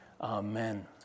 Amen